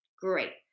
great